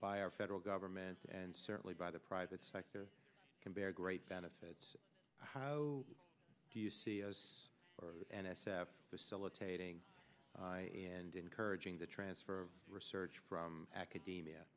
by our federal governments and certainly by the private sector can bear a great benefits how do you see as n s f facilitating and encouraging the transfer of research from academia